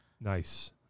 Nice